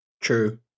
true